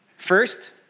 First